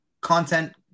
content